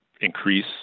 increase